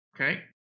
Okay